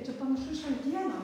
čia panašu į šaltieną